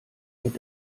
mit